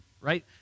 Right